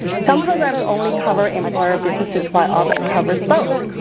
some programs only cover employer businesses while others cover both.